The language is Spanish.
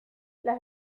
las